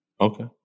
Okay